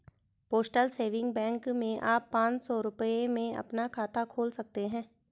postal saving bank में आप पांच सौ रूपये में अपना खाता खोल सकते हैं